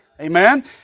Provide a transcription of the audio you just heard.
Amen